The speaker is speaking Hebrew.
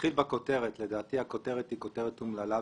חושב שכללי העבודה בינינו מאוד ברורים.